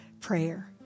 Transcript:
prayer